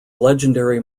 legendary